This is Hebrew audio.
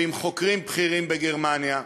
ועם חוקרים בכירים בגרמניה,